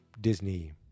Disney